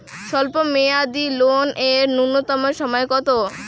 স্বল্প মেয়াদী লোন এর নূন্যতম সময় কতো?